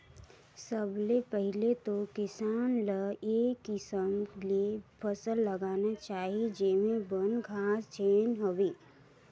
सबले पहिले तो किसान ल ए किसम ले फसल लगाना चाही जेम्हे बन, घास झेन होवे